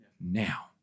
now